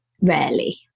rarely